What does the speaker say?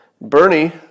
Bernie